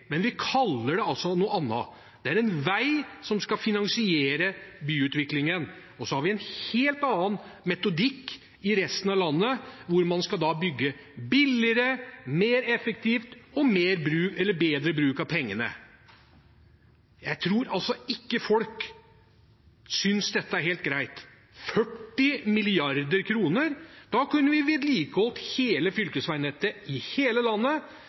men vi kaller det altså noe annet. Det er en vei som skal finansiere byutviklingen. Og så har vi en helt annen metodikk i resten av landet, hvor man da skal bygge billigere, mer effektivt og med bedre bruk av pengene. Jeg tror ikke folk synes dette er helt greit. Med 40 mrd. kr kunne vi vedlikeholdt hele fylkesveinettet i hele landet,